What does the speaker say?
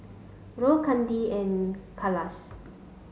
Rohit Chandi and Kailash